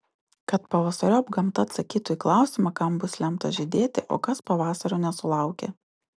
kad pavasariop gamta atsakytų į klausimą kam bus lemta žydėti o kas pavasario nesulaukė